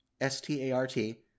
S-T-A-R-T